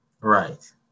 Right